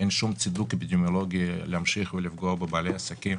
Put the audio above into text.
אין שום צידוק אפידמיולוגי להמשיך לפגוע בבעלי עסקים